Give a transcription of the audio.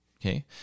Okay